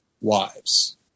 wives